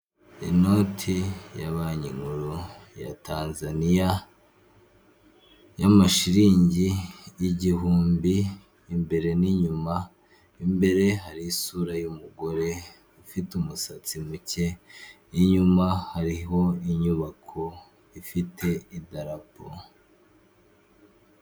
Inoti ya banki nkuru ya Tanzaniya y'amashiringi y'igihumbi imbere n'inyuma, imbere hari isura y'umugore ufite umusatsi muke, inyuma hariho inyubako ifite idarapo.